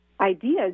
ideas